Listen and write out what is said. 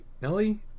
Nelly